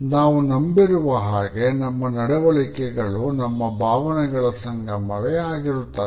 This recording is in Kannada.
ನಾವು ನಂಬಿರುವ ಹಾಗೆ ನಮ್ಮ ನಡವಳಿಕೆಗಳು ನಮ್ಮ ಭಾವನೆಗಳ ಸಂಗಮವೇ ಆಗಿರುತ್ತದೆ